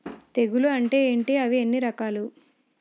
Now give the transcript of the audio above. తెగులు అంటే ఏంటి అవి ఎన్ని రకాలు?